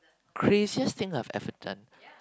craziest thing I've ever done